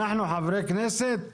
אנחנו חברי כנסת,